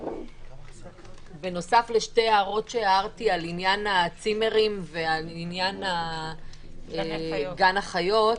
לשתי הערות שהערתי לעניין הצימרים ולעניין גני החיות,